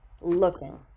looking